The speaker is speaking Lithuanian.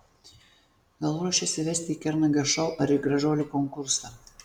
gal ruošiasi vesti į kernagio šou ar į gražuolių konkursą